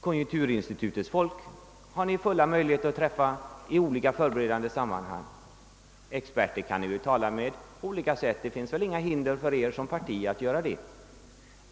Konjunkturinstitutets folk har ni alla möjligheter att få träffa i olika förberedande sammanhang. Experter kan ni väl tala med; det finns inga hinder för er som partier att göra det.